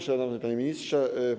Szanowny Panie Ministrze!